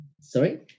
sorry